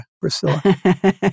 Priscilla